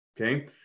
Okay